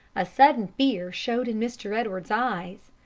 a sudden fear showed in mr. edwards's eyes.